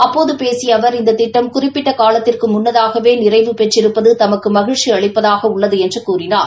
அப்போது பேசிய அவர் இந்த திட்டம் குறிப்பிட்ட காலத்திற்கு முன்னதாகவே நிறைவு பெற்றிருப்பது தமக்கு மகிழ்ச்சி அளிப்பதாகக் உள்ளது என்று கூறினார்